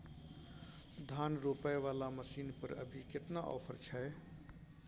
धान रोपय वाला मसीन पर अभी केतना ऑफर छै?